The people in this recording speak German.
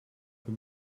für